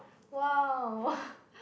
!wow!